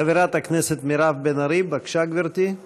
חברת הכנסת מירב בן ארי, בבקשה, גברתי.